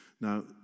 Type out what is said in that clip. Now